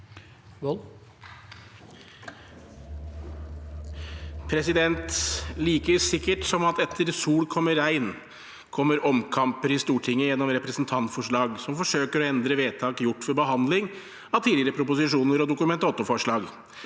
Like sikkert som at etter sol kommer regn, kommer omkamper i Stortinget gjennom representantforslag som forsøker å endre vedtak gjort ved behandling av tidligere proposisjoner og Dokument 8-forslag.